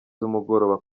z’umugoroba